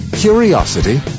curiosity